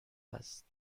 است